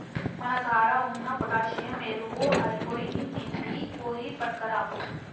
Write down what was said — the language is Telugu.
మన కాడ ఉన్న పొటాషియం ఎరువు ఐపొయినింది, పోయి పట్కరాపో